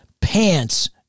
pants